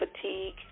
fatigue